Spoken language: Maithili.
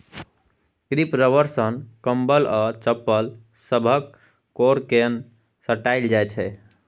क्रीप रबर सँ कंबल आ चप्पल सभक कोर केँ साटल जाइ छै